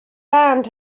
band